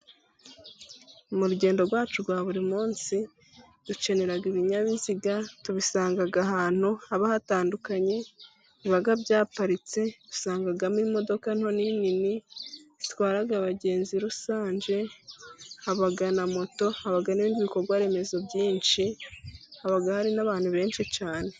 Mu rugendo rwacu rwa buri munsi dukenera ibinyabiziga, tubisanga ahantu haba hatandukanye, biba byaparitse usangamo imodoka nto n'inini zitwara abagenzi rusange, haba na moto haba n'ibindi bikorwaremezo byinshi, haba hari n'abantu benshi cyane.